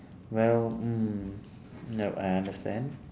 well mm yup I understand